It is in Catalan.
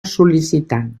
sol·licitant